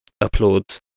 applauds